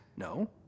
No